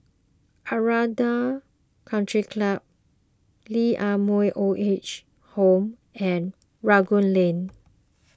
Aranda Country Club Lee Ah Mooi Old Age Home and Rangoon Lane